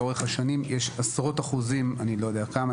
לאורך השנים יש עשרות אחוזים אני לא יודע כמה.